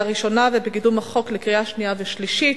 הראשונה ובקידום החוק לקריאה שנייה ושלישית,